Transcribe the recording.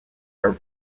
are